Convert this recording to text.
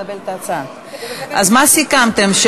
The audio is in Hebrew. אז מה סיכמתם?